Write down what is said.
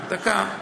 דקה.